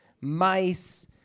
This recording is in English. mice